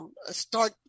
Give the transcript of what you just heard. start